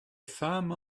femmes